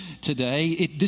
today